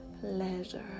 pleasure